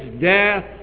death